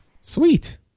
Sweet